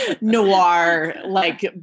noir-like